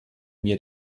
mie